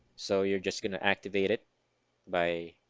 so you're just gonna activate it by